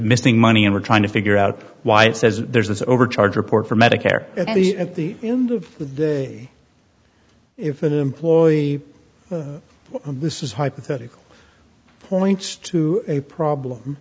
missing money and we're trying to figure out why it says there's this overcharge report for medicare at the at the end of the day if an employee this is hypothetical points to a problem